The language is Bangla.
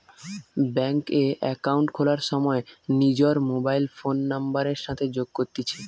ব্যাঙ্ক এ একাউন্ট খোলার সময় নিজর মোবাইল ফোন নাম্বারের সাথে যোগ করতিছে